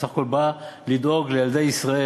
הוא בסך הכול בא לדאוג לילדי ישראל,